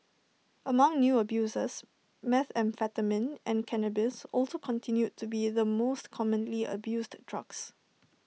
among new abusers methamphetamine and cannabis also continued to be the most commonly abused drugs